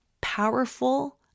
powerful